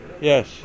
Yes